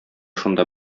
шунда